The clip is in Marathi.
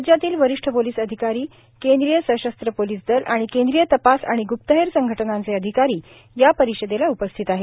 राज्यातील वरिष्ठ पोलीस अधिकारी केंद्रीय सशस्त्र पोलीस दल आणि केंद्रीय तपास आणि गुप्तहेर संघटनांचे अधिकारी या परिषदेला उपस्थित आहेत